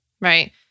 Right